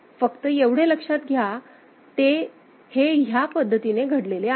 फक्त एवढे लक्षात घ्या ते हे ह्या पद्धतीने घडले आहे